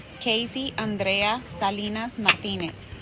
keisy andrea salinas martinez